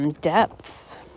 depths